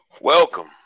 Welcome